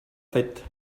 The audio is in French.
faite